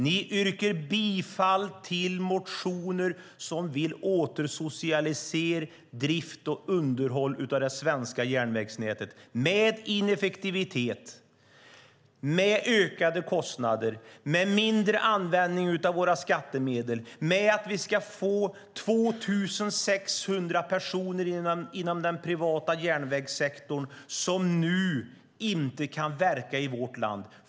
Ni yrkar bifall till motioner som vill återsocialisera drift och underhåll av det svenska järnvägsnätet, vilket innebär ineffektivitet, ökade kostnader, mindre användning av våra skattemedel och att 2 600 personer i den privata järnvägssektorn inte kan verka i vårt land.